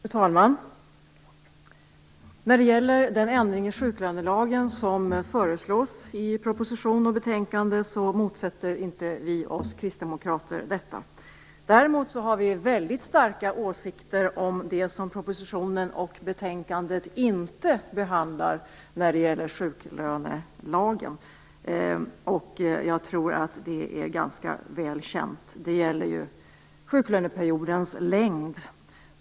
Fru talman! Vi kristdemokrater motsätter oss inte den ändring i sjuklönelagen som föreslås i propositionen och betänkandet. Däremot har vi starka åsikter om det som propositionen och betänkandet inte behandlar när det gäller sjuklönelagen. Jag tror att det är ganska väl känt, nämligen sjuklöneperiodens längd.